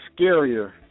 scarier